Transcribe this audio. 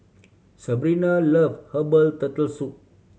Sebrina love herbal Turtle Soup